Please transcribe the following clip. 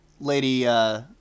Lady